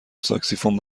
ساکسیفون